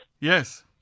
Yes